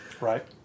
right